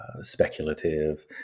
speculative